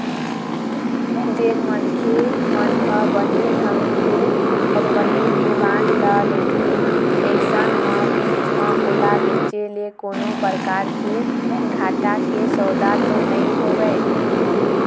जेन मनखे मन ह बने ढंग के कंपनी के बांड ल लेथे अइसन म बीच म ओला बेंचे ले कोनो परकार के घाटा के सौदा तो नइ होवय